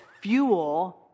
fuel